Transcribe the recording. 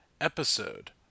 episode